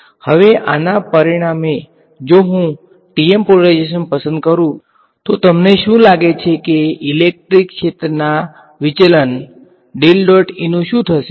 હવે આના પરિણામે જો હું TM પોલરાઇઝેશન પસંદ કરું તો તમને શું લાગે છે કે ઈલેક્ટ્રિક ક્ષેત્રના વિચલન નું શું થશે